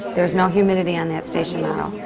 there's no humidity on that station model.